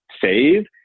save